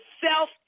self